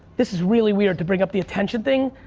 this is really weird to bring up the attention thing,